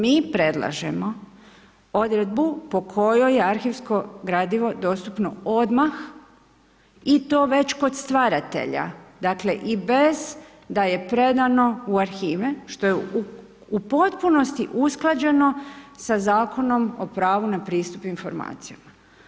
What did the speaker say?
Mi predlažemo odredbu po kojoj je arhivsko gradivo dostupno odmah i to već kod stvaratelja, dakle i bez da je predano u arhive što je u potpunosti usklađeno sa Zakonom o pravu na pristup informacijama.